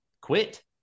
quit